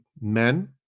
men